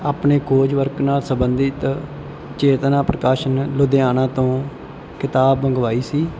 ਆਪਣੇ ਕੋਜ ਵਰਕ ਨਾਲ ਸੰਬੰਧਿਤ ਚੇਤਨਾ ਪ੍ਰਕਾਸ਼ਨ ਲੁਧਿਆਣਾ ਤੋਂ ਕਿਤਾਬ ਮੰਗਵਾਈ ਸੀ